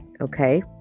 okay